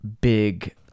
big